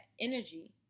energy